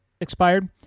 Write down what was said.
expired